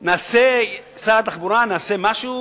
שר התחבורה, בוא נעשה משהו